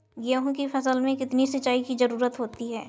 गेहूँ की फसल में कितनी सिंचाई की जरूरत होती है?